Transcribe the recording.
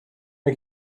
mae